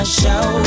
show